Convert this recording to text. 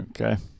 Okay